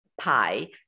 pie